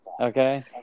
okay